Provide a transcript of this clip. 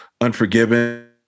unforgiven